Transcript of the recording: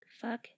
Fuck